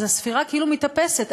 אז הספירה כאילו מתאפסת,